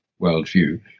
worldview